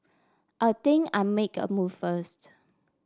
I think I make a move first